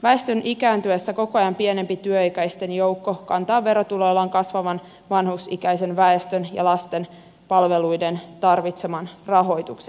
väestön ikääntyessä koko ajan pienempi työikäisten joukko kantaa verotuloillaan kasvavan vanhusikäisen väestön ja lasten palveluiden tarvitseman rahoituksen